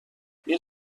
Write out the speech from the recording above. این